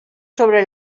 sobre